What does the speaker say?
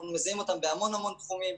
אנחנו מזהים אותם בהמון תחומים.